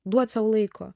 duot sau laiko